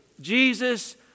Jesus